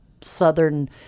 Southern